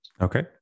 okay